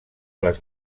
les